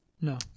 No